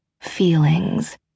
feelings